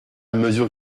mesure